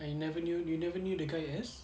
I never knew you never knew the guy as